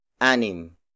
Anim